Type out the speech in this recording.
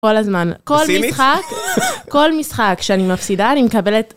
כל הזמן, כל משחק, כל משחק שאני מפסידה, אני מקבלת...